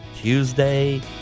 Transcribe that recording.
Tuesday